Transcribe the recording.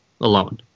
alone